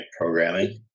Programming